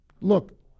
look